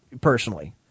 personally